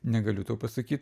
negaliu to pasakyt